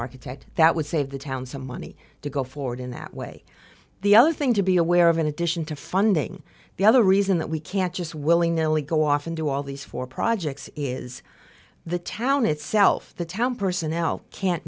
architect that would save the town some money to go forward in that way the other thing to be aware of in addition to funding the other reason that we can't just willingly go off and do all these four projects is the town itself the town personnel can't